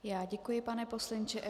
Já děkuji, pane poslanče.